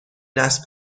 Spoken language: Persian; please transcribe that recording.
نصب